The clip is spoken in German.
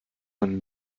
man